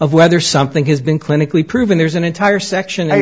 of whether something has been clinically proven there's an entire section i